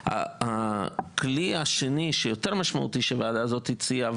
הכלי השני שהוועדה הזאת הציעה,